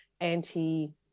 anti-